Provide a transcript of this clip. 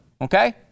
Okay